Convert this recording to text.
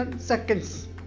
seconds